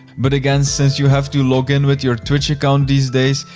but again, since you have to log in with your twitch account these days,